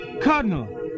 Cardinal